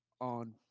on